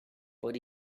but